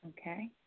Okay